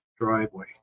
driveway